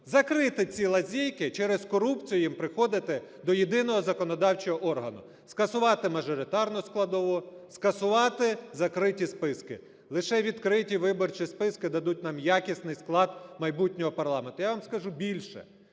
закрити ці лазейки - через корупцію їм приходити до єдиного законодавчого органу: скасувати мажоритарну складову, скасувати закриті списки. Лише відкриті виборчі списки дадуть нам якісний склад майбутнього парламенту. Я вам скажу більше,